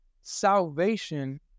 Salvation